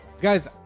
Guys